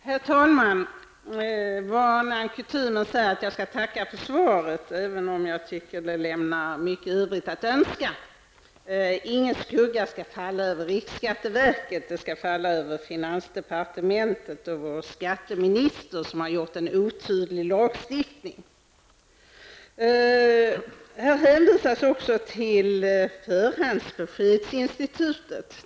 Herr talman! Enligt kutymen tackar jag för svaret, även om jag tycker att det lämnar mycket övrigt att önska. Ingen skugga skall dock falla över riksskatteverket -- den skall falla över finansdepartementet och vår skatteminister, som har åstadkommit en otydlig lagstiftning. I svaret hänvisas till förhandsbeskedsinstitutet.